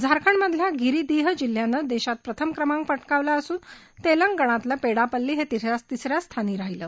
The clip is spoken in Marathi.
झारखंडमधल्या गिरिधीह जिल्ह्यानं देशात प्रथम क्रमांक पटकावला असून तेलंगणातलं पेडापल्ली हे तिसऱ्या स्थानी राहिलं